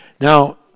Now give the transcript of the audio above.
Now